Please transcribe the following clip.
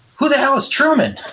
who the hell is truman?